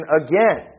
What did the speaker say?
again